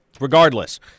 regardless